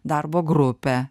darbo grupę